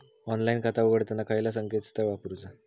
Online खाता उघडताना खयला ता संकेतस्थळ वापरूचा?